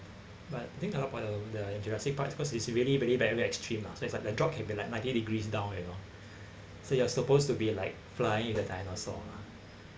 but think about the the jurassic park because it's really really very extreme lah so it's like the drop can be like ninety degrees down you know so you are supposed to be like flying with the dinosaur